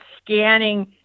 scanning